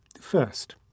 first